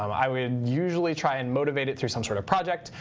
um i would usually try and motivate it through some sort of project.